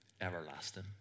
everlasting